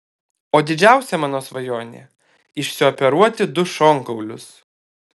o didžiausia mano svajonė išsioperuoti du šonkaulius